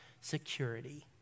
security